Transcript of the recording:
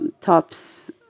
tops